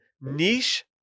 niche